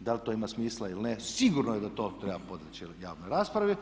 da li to ima smisla ili ne, sigurno je da to treba podleći javnoj raspravi.